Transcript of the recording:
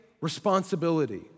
responsibility